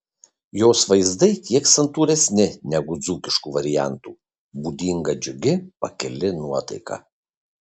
jos vaizdai kiek santūresni negu dzūkiškų variantų būdinga džiugi pakili nuotaika